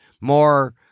more